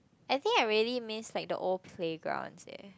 I think I really miss like the old playgrounds eh